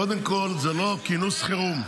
קודם כול, זה לא כינוס חירום.